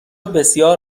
بسیار